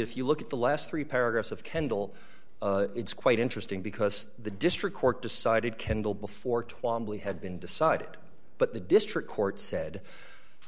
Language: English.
if you look at the last three paragraphs of kendall it's quite interesting because the district court decided kendall before twamley had been decided but the district court said